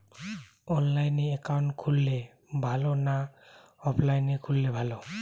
অনলাইনে একাউন্ট খুললে ভালো না অফলাইনে খুললে ভালো?